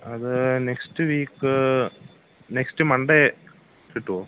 അത് next week next Monday കിട്ടുമോ